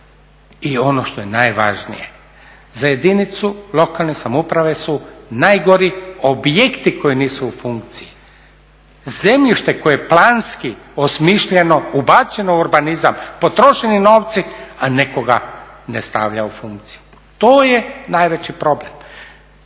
I ono što je najvažnije za jedinicu lokalne samouprave su najgori objekti koji nisu u funkciji, zemljište koje je planski osmišljeno, ubačeno u urbanizam, potrošeni novci, a netko ga ne stavlja u funkciju. To je najveći problem.